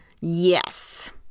Yes